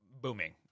booming